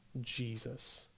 Jesus